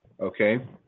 okay